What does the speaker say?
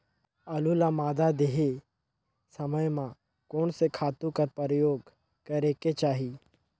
आलू ल मादा देहे समय म कोन से खातु कर प्रयोग करेके चाही?